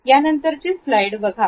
हीच स्लाईड बघा